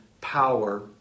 power